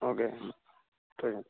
okay okay